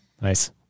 nice